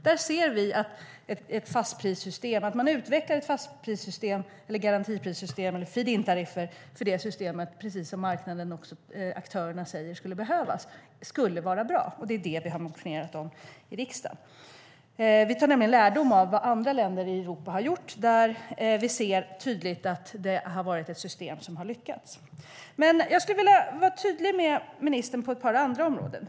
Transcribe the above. Vi menar att det skulle vara bra om man utvecklar ett fastprissystem eller ett garantiprissystem eller feed-in-tariffer för ett sådant system, precis som marknadens aktörer säger skulle behövas. Det är det vi har motionerat om i riksdagen. Vi drar nämligen lärdom av vad andra länder i Europa har gjort. Vi ser tydligt att det är ett system som har lyckats. Jag skulle vilja vara tydlig med ministern på ett par andra områden.